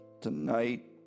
tonight